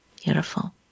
Beautiful